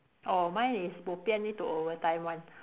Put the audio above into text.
oh mine is bo pian need to overtime [one]